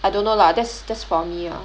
I don't know lah that's that's for me ah